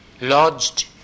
lodged